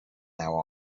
now